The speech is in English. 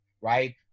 right